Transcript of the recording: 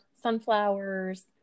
sunflowers